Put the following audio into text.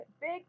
big